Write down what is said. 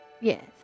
Yes